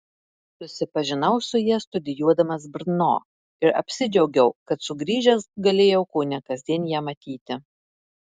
susipažinau su ja studijuodamas brno ir apsidžiaugiau kad sugrįžęs galėjau kone kasdien ją matyti